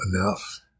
enough